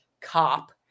cop